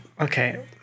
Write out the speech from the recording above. Okay